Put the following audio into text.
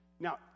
Now